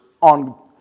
on